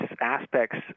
aspects